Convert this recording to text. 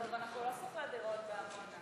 טוב, אנחנו לא שוכרי דירות בעמונה.